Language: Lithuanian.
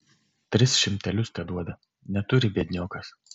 tris šimtelius teduoda neturi biedniokas